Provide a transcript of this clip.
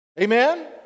Amen